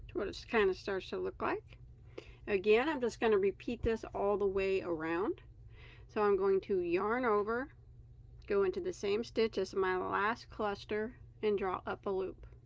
what it's kind of starts to look like again, i'm just going to repeat this all the way around so i'm going to yarn over go into the same stitch as my last cluster and draw up a loop